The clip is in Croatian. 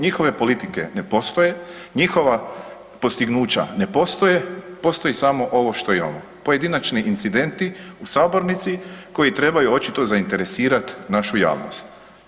Njihove politike ne postoje, njihova postignuća ne postoje, postoji samo ovo što imamo, pojedinačni incidenti u sabornici koji trebaju očito zainteresirat našu javnost.